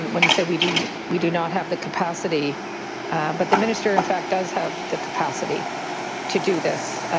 when he said we do we do not have the capacity but the minister in fact does have the capacity to do this.